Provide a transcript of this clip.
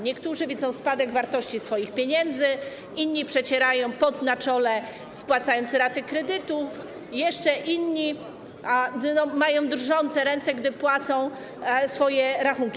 Niektórzy widzą spadek wartości swoich pieniędzy, inni przecierają pot na czole, spłacając raty kredytów, jeszcze inni mają drżące ręce, gdy płacą swoje rachunki.